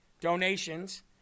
donations